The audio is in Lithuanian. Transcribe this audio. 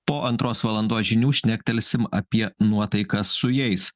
po antros valandos žinių šnektelsim apie nuotaikas su jais